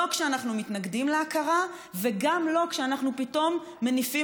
לא כשאנחנו מתנגדים להכרה וגם לא כשאנחנו פתאום מניפים